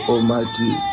Almighty